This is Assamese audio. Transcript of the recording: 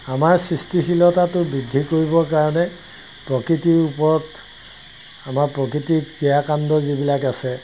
আমাৰ সৃষ্টিশীলতাটো বৃদ্ধি কৰিবৰ কাৰণে প্ৰকৃতিৰ ওপৰত আমাৰ প্ৰকৃতিৰ ক্ৰিয়াকাণ্ড যিবিলাক আছে